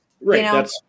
right